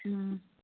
ꯎꯝ